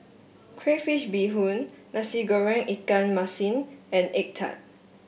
Crayfish Beehoon Nasi Goreng Ikan Masin and egg tart